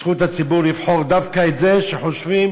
זכות הציבור לבחור דווקא את זה שחושבים